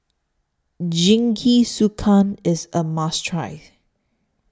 Jingisukan IS A must Try